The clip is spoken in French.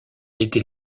était